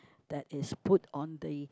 that is put on the